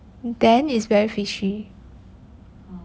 then is very fishy